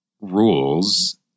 rules